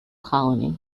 colony